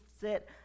sit